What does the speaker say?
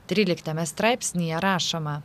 tryliktame straipsnyje rašoma